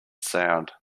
sound